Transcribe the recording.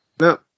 no